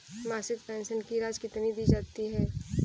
मासिक पेंशन की राशि कितनी दी जाती है?